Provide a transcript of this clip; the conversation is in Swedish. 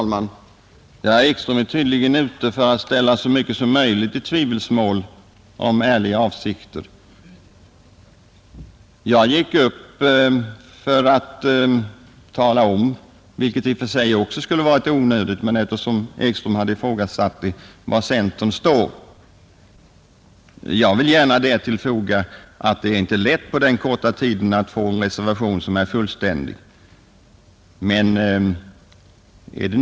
Herr talman! Herr Ekström är tydligen ute efter att sätta så mycket som möjligt av våra ärliga avsikter i tvivelsmål. Men eftersom herr Ekström ifrågasatte var centern står gick jag upp för att tala om det, vilket i och för sig borde ha varit onödigt. Sedan vill jag också tillfoga att det inte är lätt att på den korta tid som stått till buds skriva en i alla avseenden fullständig reservation.